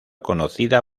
conocida